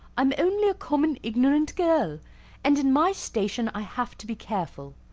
i'm only a common ignorant girl and in my station i have to be careful.